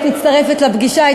היית מצטרפת לפגישה,